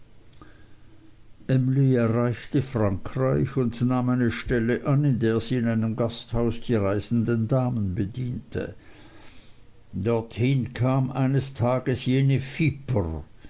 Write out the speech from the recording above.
emly erreichte frankreich und nahm eine stelle an in der sie in einem gasthaus die reisenden damen bediente dorthin kam eines tages jene